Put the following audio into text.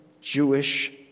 Jewish